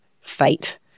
fate